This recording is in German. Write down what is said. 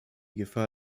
gefahr